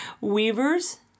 weavers